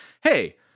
hey